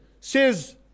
says